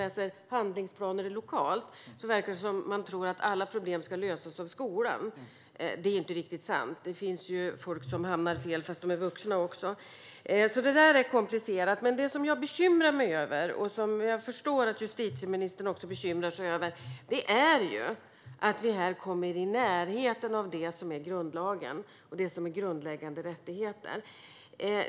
I lokala handlingsplaner verkar det som att man tror att alla problem ska lösas av skolan. Det är inte riktigt sant. Det finns ju människor som hamnar fel fast de är vuxna. Detta är komplicerat. Det som jag bekymrar mig över och som jag förstår att justitieministern också bekymrar sig över är att vi kommer i närheten av det som är grundlagen och det som är grundläggande rättigheter.